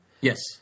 Yes